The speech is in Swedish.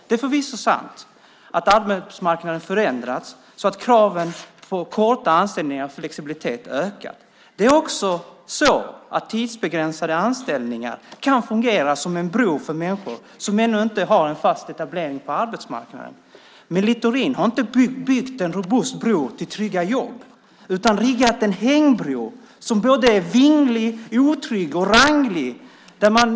Det är förvisso sant att arbetsmarknaden förändrats så att kraven på korta anställningar och flexibilitet ökat. Det är också så att tidsbegränsade anställningar kan fungera som en bro för människor som ännu inte har en fast etablering på arbetsmarknaden. Men Littorin har inte byggt en robust bro till trygga jobb utan riggat en hängbro som är vinglig, otrygg och ranglig.